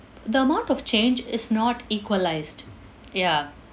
the amount of change is not equalised ya